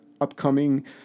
upcoming